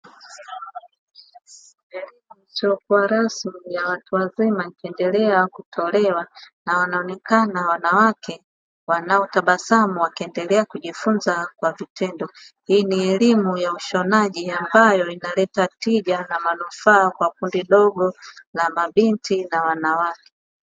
Sehemu isiyo rasmi ya watu wazima ikiendelea kutolewa na wanaonekana wanawake wanaotabasamu wakiendelea kujifunza kwa vitendo. Hii ni elimu ya elimu ya ushonaji ambayo inaleta tija na manufaa kwa kundi dogo la mabinti na wanawake.